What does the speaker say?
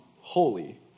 holy